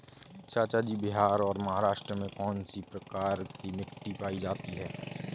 चाचा जी बिहार और महाराष्ट्र में कौन सी प्रकार की मिट्टी पाई जाती है?